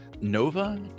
Nova